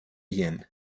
ian